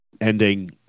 Ending